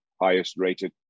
highest-rated